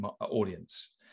audience